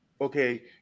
okay